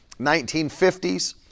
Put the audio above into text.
1950s